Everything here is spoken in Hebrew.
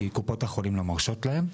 כי קופות החולים לא מרשות להם,